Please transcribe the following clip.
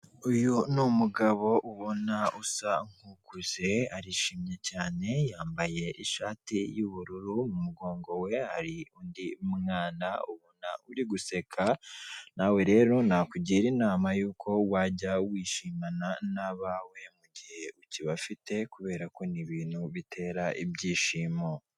Uyu ni umugabo ubona usa nk'ukuze, arishimye cyane, yambaye ishati y'ubururu, mu mugongo we hari undi mwana ubona uri guseka, nawe rero nakugira inama yuko wajya wishimana n'abawe mu gihe ukibafite, kubera ko ni ibintu bitera ibyishimo.